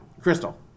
Crystal